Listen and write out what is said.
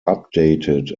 updated